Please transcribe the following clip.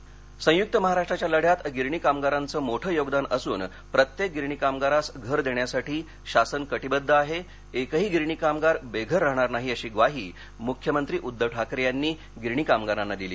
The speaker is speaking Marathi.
गिरणी संयुक्त महाराष्ट्राच्या लढ़्यात गिरणी कामगारांचे मोठे योगदान असून प्रत्येक गिरणी कामगारास घर देण्यासाठी शासन कटिबद्ध आहे एकही गिरणी कामगार बेघर राहणार नाही अशी ग्वाही मुख्यमंत्री उद्धव ठाकरे यांनी गिरणी कामगारांना दिली